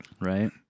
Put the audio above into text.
Right